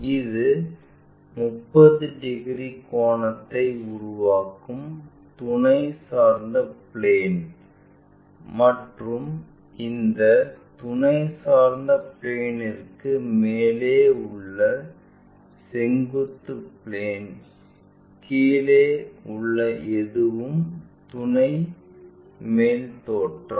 இது 30 டிகிரி கோணத்தை உருவாக்கும் துணை சாய்ந்த பிளேன் மற்றும் இந்த துணை சாய்ந்த பிளேன்ற்கு மேலே உள்ளது செங்குத்து பிளேன் கீழே உள்ள எதுவும் துணை மேல் தோற்றம்